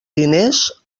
diners